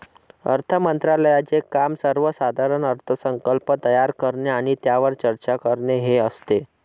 अर्थ मंत्रालयाचे काम सर्वसाधारण अर्थसंकल्प तयार करणे आणि त्यावर चर्चा करणे हे असते